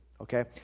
okay